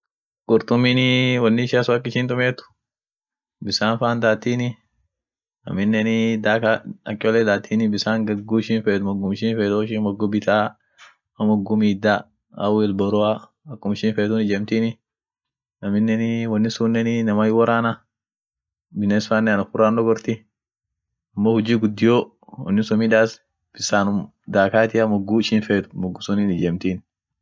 Qurtuminii wonni ishia sun ak ishin tumiet bissan faan datini, aminenii daka ak cholle datini bisan gadgu ishin feet mugum ishin feet, woishin muggu bitaa, wo moggu miidda au il boroa akum ishin feetun ijemtini, aminenii wonni sunnenii inama hin worana biness faanean uffirra hindogorti amo hujji gudio wonni sun midas bissanun dakaatia muggu ishin feet muggu sunin ijemtin.